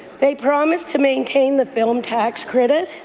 they promised to maintain the film tax credit,